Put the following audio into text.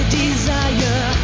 desire